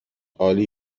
عالی